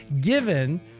given